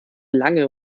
lange